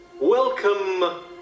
Welcome